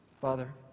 Father